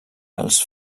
els